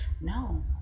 no